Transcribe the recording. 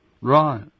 Right